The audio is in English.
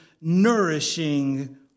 nourishing